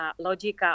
Logica